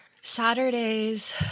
Saturdays